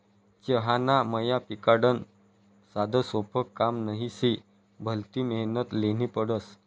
चहाना मया पिकाडनं साधंसोपं काम नही शे, भलती मेहनत ल्हेनी पडस